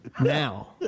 now